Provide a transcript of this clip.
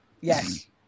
Yes